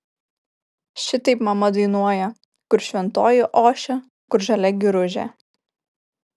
šitaip mama dainuoja kur šventoji ošia kur žalia giružė